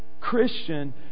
Christian